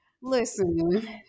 Listen